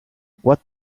what